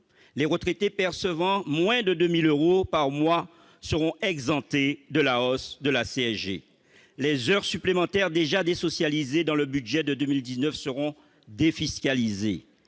les retraités percevant moins de 2 000 euros par mois seront exemptés de la hausse de la CSG et les heures supplémentaires déjà désocialisées dans le budget de 2019 seront défiscalisées.